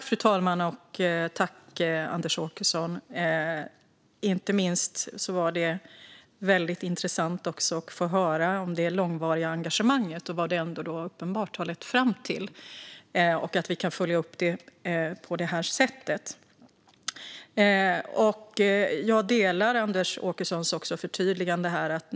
Fru talman! Det var inte minst väldigt intressant, Anders Åkesson, att få höra om det långvariga engagemanget och vad det uppenbart har lett fram till och att vi kan följa upp det på detta sätt. Jag delar Anders Åkessons förtydligande.